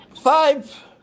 five